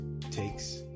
takes